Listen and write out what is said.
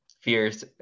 fears